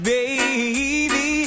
Baby